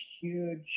huge